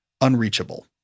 unreachable